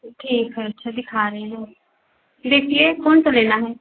ठीक है अच्छा दिखा रही हूँ देखिए कौन सा लेना है